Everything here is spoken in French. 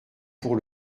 pour